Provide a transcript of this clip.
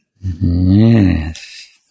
Yes